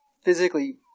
physically